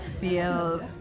feels